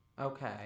Okay